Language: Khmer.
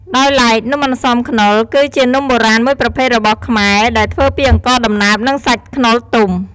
ដោយឡែកនំអន្សមខ្នុរ គឺជានំបុរាណមួយប្រភេទរបស់ខ្មែរ ដែលធ្វើពីអង្ករដំណើបនិងសាច់ខ្នុរទុំ។